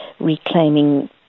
reclaiming